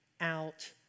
out